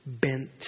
bent